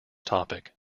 topic